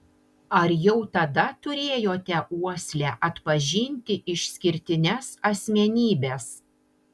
ar jau tada turėjote uoslę atpažinti išskirtines asmenybes